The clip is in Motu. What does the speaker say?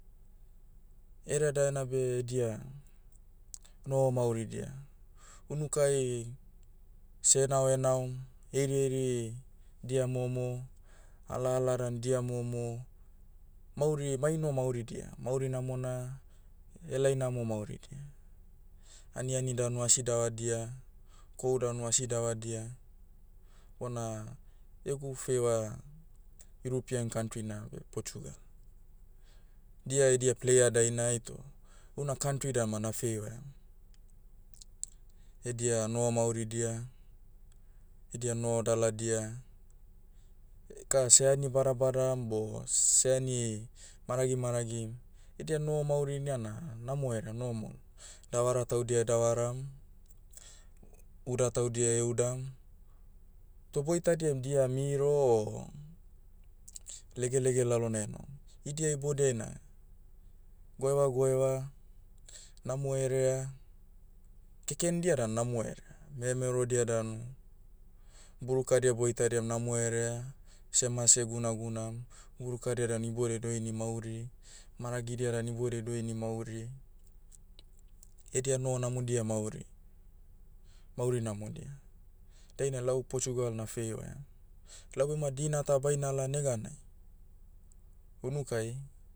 Ereadaena beh edia, noho mauridia. Unukai, seh enaoenaom, heirieiri, dia momo, ala ala dan dia momo, mauri maino mauridia. Mauri namona, helai namo mauridia. Aniani danu asi davadia, kohu danu asi davadia, bona, egu feiva, irupien kantrina beh portugal. Dia edia player dainai toh, houna kantri dan ma na feivaiam. Edia noho mauridia, edia noho daladia, eka seani badabadam bo, seani, maragi maragim. Edia noho maurina na, namo herea normal. Davara taudia davaram, uda taudia udam, toh boitadiam dia miro o, lege lege lalonai enom. Idia iboudiai na, goeva goeva, namo herea, kekendia dan namo herea. Memerodia danu, burukadia boitadiam namo herea, semase gunagunam, burukadia dan iboudiai doini mauri, maragidia dan iboudiai doini mauri, edia noho namodia mauri. Mauri namodia. Dainai lau portugal na feivaiam. Lau bema dina ta bainala neganai, unukai,